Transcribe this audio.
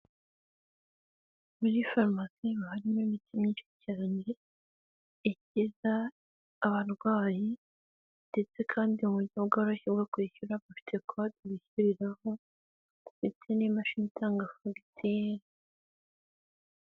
Muri farumasi haba harimo imiti myinshi cyane, ikiza abarwayi ndetse kandi uburyo bworoshye bwo kwishyura bufite kodi bishyuriraho ndetse n'imashini itanga fagitire.